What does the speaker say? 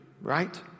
right